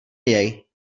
jej